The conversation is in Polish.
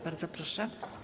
Bardzo proszę.